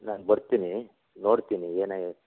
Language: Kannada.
ನಾನು ಬರ್ತೀನಿ ನೋಡ್ತೀನಿ ಏನಾಗೈತೆ